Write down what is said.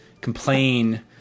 complain